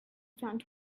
found